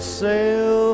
sail